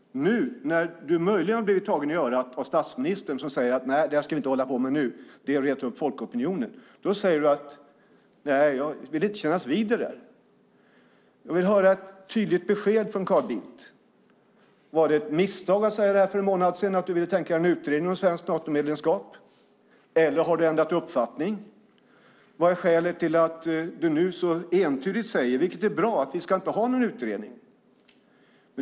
Nu när du möjligen har blivit tagen i örat av statsministern, som säger att vi inte ska hålla på med detta nu eftersom det retar upp folkopinionen, vill du inte kännas vid det. Jag vill höra ett tydligt besked från Carl Bildt. Var det ett misstag att säga det här för en månad sedan, det vill säga att du kan tänka dig en utredning om svenskt Natomedlemskap, eller har du ändrat uppfattning? Vad är skälet till att du nu så entydigt säger - vilket är bra - att vi inte ska ha någon utredning?